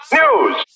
news